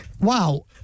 Wow